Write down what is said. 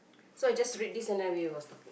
so I just read this and then we were